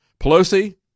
Pelosi